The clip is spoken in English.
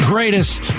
Greatest